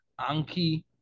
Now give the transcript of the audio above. Anki